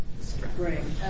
spring